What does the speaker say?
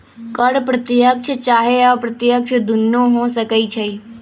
कर प्रत्यक्ष चाहे अप्रत्यक्ष दुन्नो हो सकइ छइ